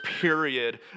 period